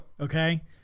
Okay